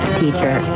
teacher